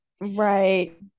Right